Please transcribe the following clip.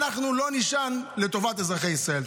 אנחנו לא נישן לטובת אזרחי ישראל.